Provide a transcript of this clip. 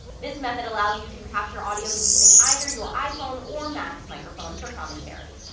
this method allows you to capture audio using either your iphone or mac's microphone for commentary.